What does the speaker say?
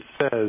says